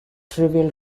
trivial